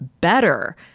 better